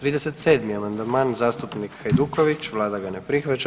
37. amandman zastupnik Hajduković, vlada ga ne prihvaća.